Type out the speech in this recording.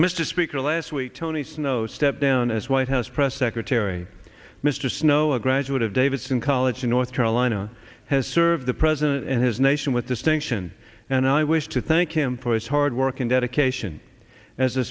mr speaker last week tony snow stepped down as white house press secretary mr snow a graduate of davidson college in north carolina has served the president and his nation with distinction and i wish to thank him for his hard work and dedication as a